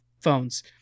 phones